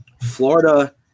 Florida